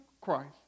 Christ